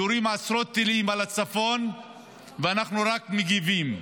יורים עשרות טילים על הצפון ואנחנו רק מגיבים.